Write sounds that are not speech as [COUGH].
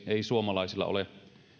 [UNINTELLIGIBLE] ei suomalaisilla ole